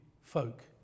folk